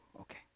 Okay